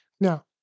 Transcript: Now